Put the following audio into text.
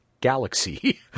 galaxy